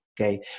okay